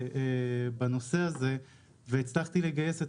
חקרנו המון בנושא הזה והצלחתי לגייס את